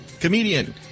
comedian